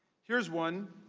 here's one.